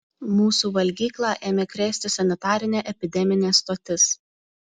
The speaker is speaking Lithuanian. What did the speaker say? mūsų valgyklą ėmė krėsti sanitarinė epideminė stotis